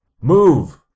Move